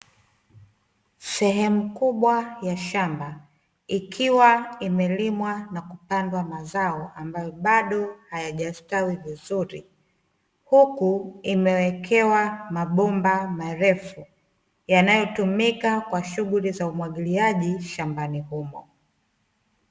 Sehemu kubwa ya shamba ikiwa imelimwa na kupandwa mazao ambayo bado hayajastawi vizuri, huku imewekewa mabomba marefu yanayotumika kwa shughuli za umwagiliaji shambani humo.